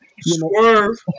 Swerve